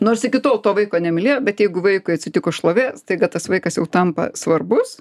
nors iki tol to vaiko nemylėjo bet jeigu vaikui atsitiko šlovė staiga tas vaikas jau tampa svarbus